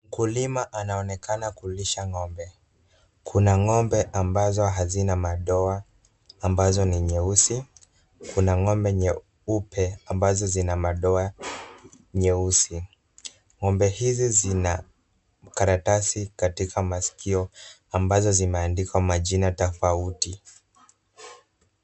Mkulima anaonekana kulisha ng'ombe. Kuna ng'ombe ambazo hazina madoa ambazo ni nyeusi. Kuna ng'ombe nyeupe ambazo zina madoa nyeusi. Ng'ombe hizi zina karatasi katika masikio ambazo zimeandikwa majina tofauti.